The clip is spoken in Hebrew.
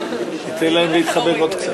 חברי חברי הכנסת,